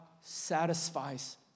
satisfies